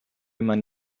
man